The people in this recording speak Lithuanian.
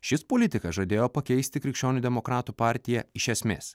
šis politikas žadėjo pakeisti krikščionių demokratų partiją iš esmės